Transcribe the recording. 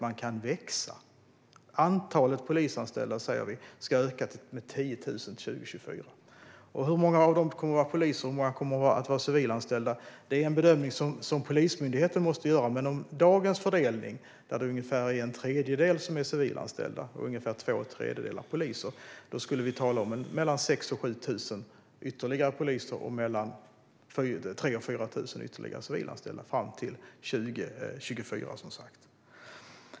Vi säger att antalet polisanställda ska öka med 10 000 till 2024. Hur många av dem som ska vara poliser respektive civilanställda är en bedömning som Polismyndigheten måste göra. Men med dagens fördelning, ungefär en tredjedel civilanställda och två tredjedelar poliser, skulle vi tala om ytterligare 6 000-7 000 poliser och 3 000-4 000 ytterligare civilanställda fram till 2024.